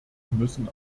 müssen